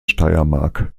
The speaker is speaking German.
steiermark